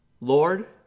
Lord